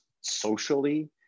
socially